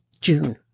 June